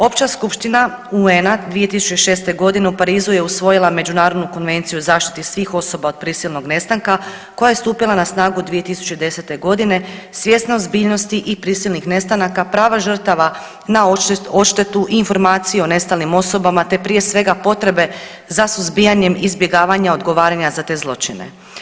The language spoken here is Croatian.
Opća skupština UN-a 2006. godine u Parizu je usvojila Međunarodnu konvenciju o zaštiti svih osoba od prisilnog nestanka koja je stupila na snagu 2010. godine svjesna ozbiljnosti i prisilnih nestanaka, prava žrtava na odštetu i informaciju o nestalim osobama te prije svega potrebe za suzbijanjem izbjegavanja odgovaranja za te zločine.